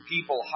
people